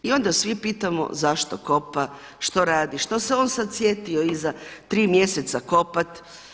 I onda svi pitamo zašto kopa, što radi, što se on sada sjetio iza tri mjeseca kopati.